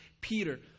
Peter